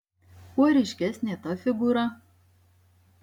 kuo ryškesnė ta figūra